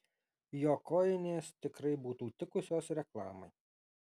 jo kojinės tikrai būtų tikusios reklamai